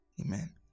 amen